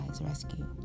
rescue